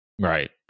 right